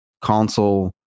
console